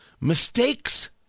Mistakes